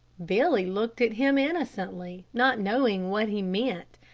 billy looked at him innocently, not knowing what he meant.